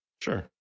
sure